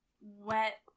wet